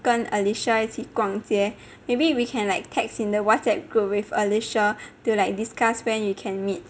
跟 alicia 一起逛街 maybe we can like text in the WhatsApp group with alicia to like discuss when you can meet